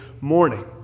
morning